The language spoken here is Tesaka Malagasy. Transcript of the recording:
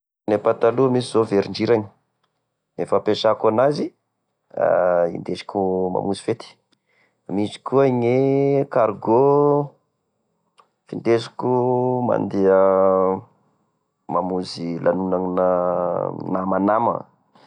Gne pataloa misy zao velondrirany gne fampesako anazy, indesiko mamonjy fety, misy koa gne cargo, indesiko mandeha mamonzy lanona amina namanama.